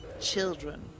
Children